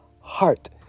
heart